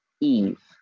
Eve